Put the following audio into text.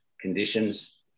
conditions